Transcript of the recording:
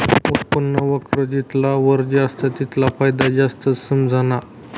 उत्पन्न वक्र जितला वर जास तितला फायदा जास्त समझाना